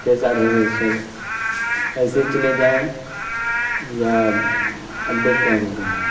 کیسا رہے گا شر ایسے چلے جائیں یا اپڈیٹ کرا کر کے جائیں